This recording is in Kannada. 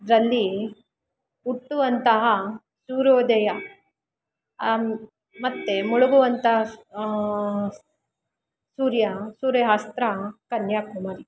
ಅದ್ರಲ್ಲಿ ಹುಟ್ಟುವಂತಹ ಸೂರ್ಯೋದಯ ಮತ್ತೆ ಮುಳುಗುವಂಥ ಸೂರ್ಯ ಸೂರ್ಯಾಸ್ತ ಕನ್ಯಾಕುಮಾರಿ